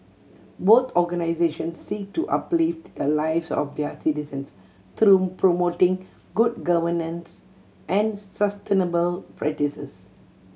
both organisations seek to uplift the lives of their citizens through promoting good governance and sustainable practices